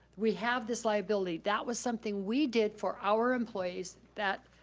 we have this liability. that was something we did for our employees that